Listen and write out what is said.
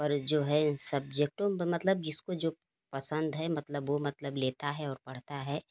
और जो है इस सब्जेक्टों में मतलब जिसको जो पसंद है मतलब वो मतलब लेता है और पढ़ता है